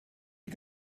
you